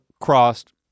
crossed